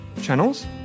channels